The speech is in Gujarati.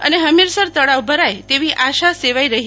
અને હમીરસર તળાવ ભરાય તેવી આશા સેવાઈ રહ્રી છે